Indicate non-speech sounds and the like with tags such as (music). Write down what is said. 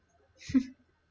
(laughs)